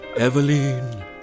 Eveline